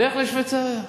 לך לשוויצריה.